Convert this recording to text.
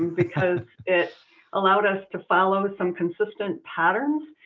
because it allowed us to follow some consistent patterns.